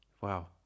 Wow